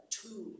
two